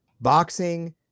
boxing